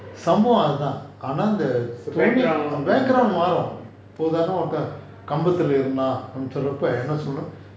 சம்பவம் அதான் ஆனா அந்த:sambavam athan aana antha background மாறும் இப்போ உதாரணம் இப்போ ஒருத்தன் கம்பு திருடி இருந்தான் ரத்த என்ன சொல்லணும்:maarum ippo utharanam ippo oruthan kambu thirudi irunthan ratha enna sollanum